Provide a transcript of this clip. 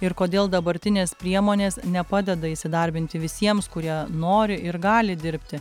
ir kodėl dabartinės priemonės nepadeda įsidarbinti visiems kurie nori ir gali dirbti